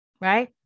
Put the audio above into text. right